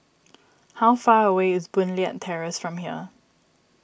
how far away is Boon Leat Terrace from here